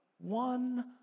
one